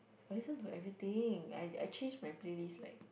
I listen to everything I I change my play list like